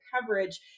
coverage